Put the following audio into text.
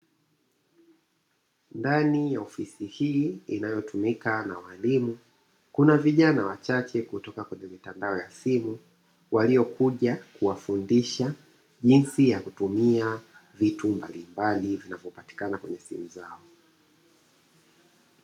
Ndani ya ofisi hii inayotumika na walimu, kuna vijana wachache kutoka kwenye mitandao ya simu, waliokuja kuwafundisha jinsi ya kutumia vitu mbalimbali vinavyopatikana kwenye simu zao.